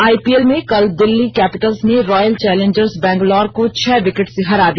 IPL में कल Delhi Capitals ने रॉयल चैलेंजर्स बंगलौर को छह विकेट से हरा दिया